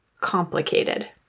complicated